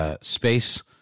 space